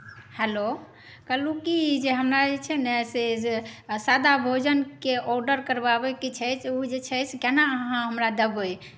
hello कहलहुँ कि हमरा जे छै ने से जे सादा भोजनके ऑडर करबाबैके छै ओ जे छै से कोना अहाँ हमरा देबै